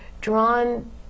drawn